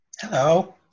Hello